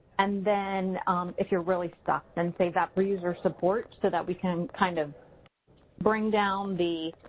and then if you're really stuck, then save that for user support so that we can kind of bring down the